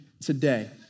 today